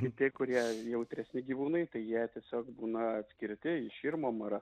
kiti kurie jautresni gyvūnui tai jie tiesiog būna atskirti širmom ar